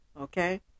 okay